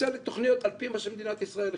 שיצא לתוכניות על-פי מה שמדינת ישראל החליטה,